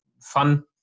fun